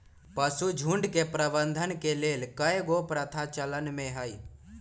पशुझुण्ड के प्रबंधन के लेल कएगो प्रथा चलन में हइ